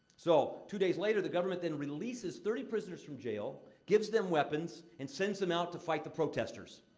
so, two days later, the government then releases thirty prisoners from jail, gives them weapons, and sends them out to fight the protestors.